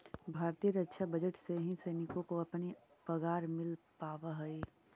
भारतीय रक्षा बजट से ही सैनिकों को अपनी पगार मिल पावा हई